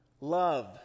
Love